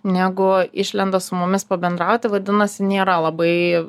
negu išlenda su mumis pabendrauti vadinasi nėra labai